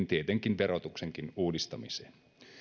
tietenkin verotuksenkin uudistamiseen